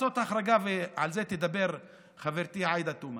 לעשות החרגה, על זה תדבר חברתי עאידה תומא,